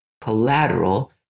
collateral